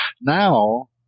Now